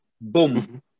boom